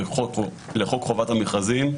לחוק חובת המכרזים,